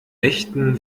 nächten